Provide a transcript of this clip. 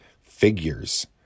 figures